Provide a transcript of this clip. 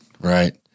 right